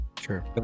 sure